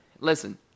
listen